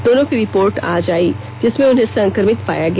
दोनों की रिपोर्ट आज आयी जिसमें उन्हें संक्रमित पाया गया